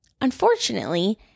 Unfortunately